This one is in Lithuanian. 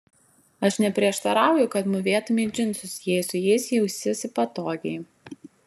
aš neprieštarauju kad mūvėtumei džinsus jei su jais jausiesi patogiai